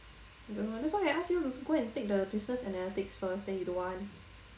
I don't know eh that's why I ask you go take the business analytics first then you don't want